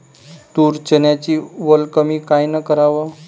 तूर, चन्याची वल कमी कायनं कराव?